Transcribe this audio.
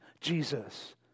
Jesus